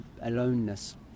aloneness